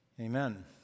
Amen